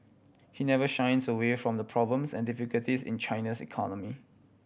he never shies away from the problems and difficulties in China's economy